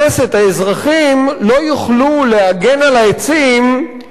האזרחים לא יוכלו להגן על העצים אם הם